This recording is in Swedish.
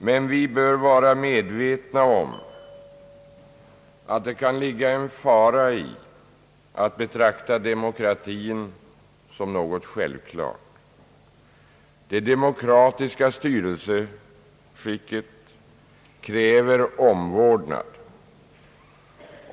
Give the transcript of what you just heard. Vi bör emellertid vara medvetna om att det kan ligga en fara i att betrakta demokratin som något självklart. Det demokratiska styrelseskicket kräver omvårdnad.